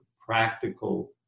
practical